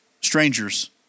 strangers